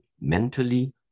mentally